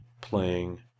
playing